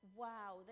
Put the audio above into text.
wow